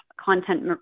content